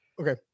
Okay